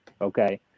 okay